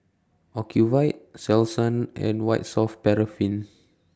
Ocuvite Selsun and White Soft Paraffin